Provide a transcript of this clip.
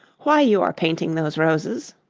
why you are painting those roses